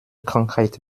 krankheit